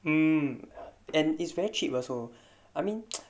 um and it's very cheap also I mean